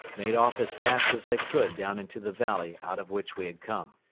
made off as fast as they could down into the valley out of which we had come.